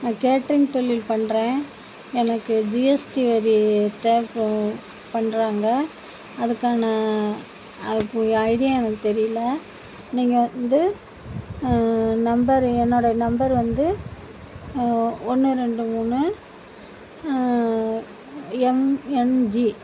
நான் கேட்ரிங் தொழில் பண்ணுறேன் எனக்கு ஜிஎஸ்டி வரி தேவைப்ப பண்ணுறாங்க அதுக்கான அது போ ஐடியா எனக்கு தெரியிலை நீங்கள் வந்து நம்பரு என்னோடய நம்பர் வந்து ஒன்று ரெண்டு மூணு எம்என்ஜி